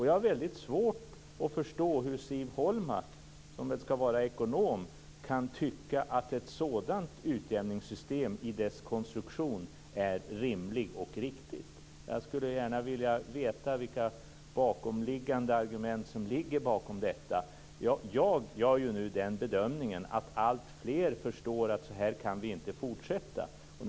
Jag har väldigt svårt att förstå hur Siv Holma, som väl ska vara ekonom, kan tycka att ett sådant utjämningssystem till sin konstruktion är rimligt och riktigt. Jag skulle gärna vilja veta vilka argument som ligger bakom detta. Jag gör nu den bedömningen att alltfler förstår att vi inte kan fortsätta så här.